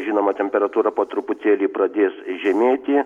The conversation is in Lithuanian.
žinoma temperatūra po truputėlį pradės žemėti